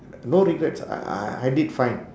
no regrets I I I did fine